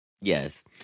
Yes